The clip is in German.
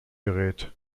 gerät